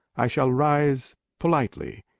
i shall rise politely,